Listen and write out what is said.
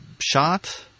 shot